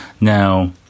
Now